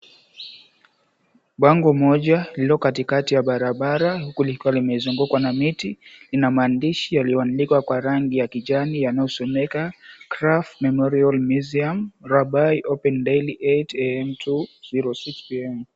Bango moja lililo katikati ya barabara hukulikiwa limezungukwa na miti inamaandishi yaliyoandikwa kwa rangi ya kijani yanayosomeka, "Krapf Memorial Museum Rabai, Open daily 8am to 6pm."